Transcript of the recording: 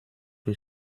que